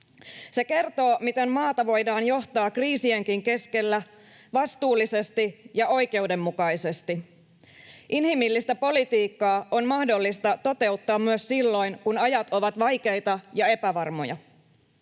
Se kertoo, miten maata voidaan johtaa kriisienkin keskellä vastuullisesti ja oikeudenmukaisesti. Inhimillistä politiikkaa on mahdollista toteuttaa myös silloin, kun ajat ovat vaikeita ja epävarmoja.